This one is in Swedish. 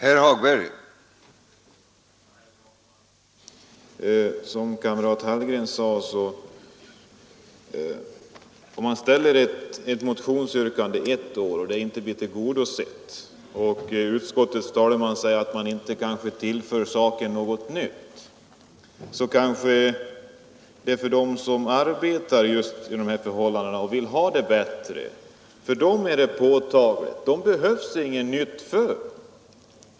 Herr talman! Om man ett år ställt ett motionsyrkande som inte blir tillgodosett och utskottets talesman ett annat år säger, att man inte tillför saken något nytt, kan yrkandet kanske ändå, som herr Hallgren sade, kännas påtagligt för den som arbetar just under dessa förhållanden och som vill få det bättre.